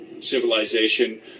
civilization